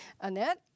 annette